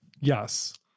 Yes